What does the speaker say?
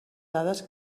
dades